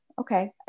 okay